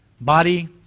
body